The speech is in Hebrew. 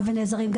ואנחנו נעזרים,